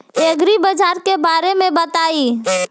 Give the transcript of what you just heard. एग्रीबाजार के बारे में बताई?